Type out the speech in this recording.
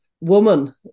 woman